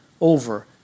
over